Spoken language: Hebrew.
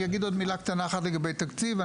אני אגיד עוד מילה קטנה אחת לגבי תקציב.